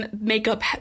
makeup